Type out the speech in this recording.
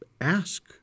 ask